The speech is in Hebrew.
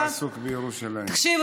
תקשיבו,